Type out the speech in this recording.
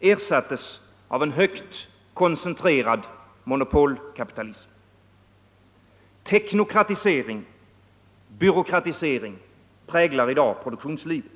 ersattes av en högt koncentrerad monopolkapitalism. Teknokratisering, byråkratisering präglar i dag produktionslivet.